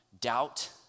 doubt